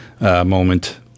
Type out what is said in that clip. moment